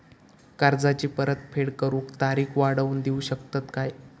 कर्जाची परत फेड करूक तारीख वाढवून देऊ शकतत काय?